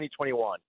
2021